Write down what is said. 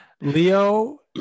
Leo